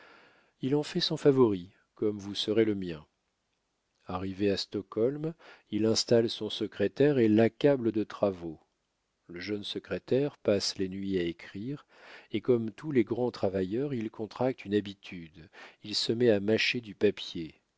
il en fait son favori comme vous serez le mien arrivé à stockholm il installe son secrétaire et l'accable de travaux le jeune secrétaire passe les nuits à écrire et comme tous les grands travailleurs il contracte une habitude il se met à mâcher du papier